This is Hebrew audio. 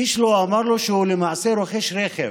איש לא אמר לו שהוא למעשה רוכש רכב.